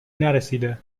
نرسیده